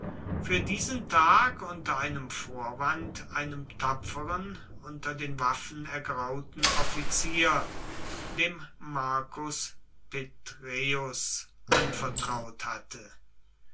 für diesen tag unter einem vorwand einem tapferen unter den waffen ergrauten offizier dem marcus petreius anvertraut hatte